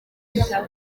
nshya